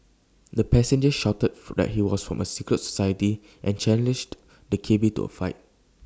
the passenger shouted that he was from A secret society and challenged the cabby to A fight